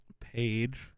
page